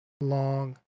long